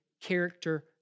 character